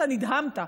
אתה נדהמת.